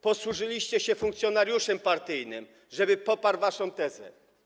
Posłużyliście się funkcjonariuszem partyjnym, żeby poparł waszą tezę.